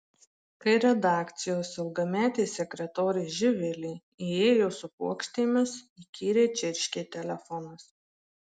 kai redakcijos ilgametė sekretorė živilė įėjo su puokštėmis įkyriai čirškė telefonas